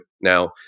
Now